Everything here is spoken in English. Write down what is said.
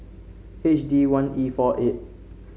H D one E four eight